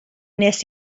wnes